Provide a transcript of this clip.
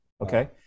okay